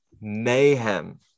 mayhem